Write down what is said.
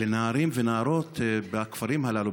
לנערים ונערות בכפרים הללו,